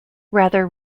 rather